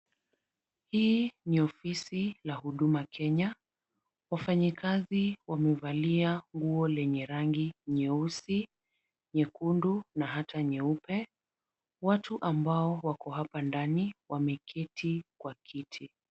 Hii ni ofisi la Huduma Kenya. Wafanyakazi wamevalia nguo lenye rangi nyeusi, nyekundu na hata nyeupe. Watu ambao wako hapa ndani wameketi kwa kiti.